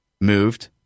moved